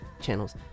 channels